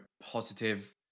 positive